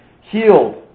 Healed